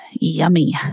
yummy